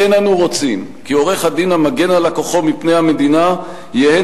אין אנו רוצים כי עורך-הדין המגן על לקוחו מפני המדינה יהא